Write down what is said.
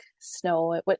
snow